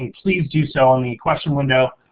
please do so on the question window,